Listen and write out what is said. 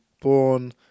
born